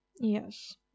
Yes